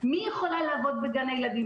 מי יכולה לעבוד בגן הילדים.